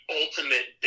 ultimate